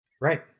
Right